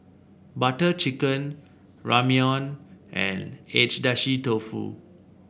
Butter Chicken Ramyeon and Agedashi Dofu